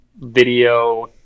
video